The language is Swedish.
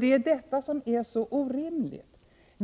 Det är detta som är så orimligt.